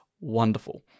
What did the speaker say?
wonderful